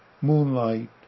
moonlight